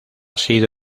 sido